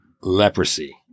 leprosy